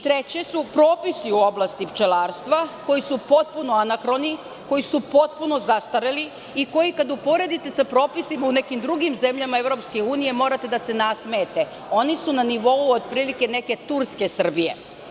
Treće su propisi u oblasti pčelarstva koji su potpuno anahroni, koji su potpuno zastareli, koji kad uporedite sa propisima u nekim drugim zemljama EU morate da se nasmejete, oni su na nivou otprilike Turske Srbije.